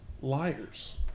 liars